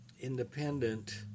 independent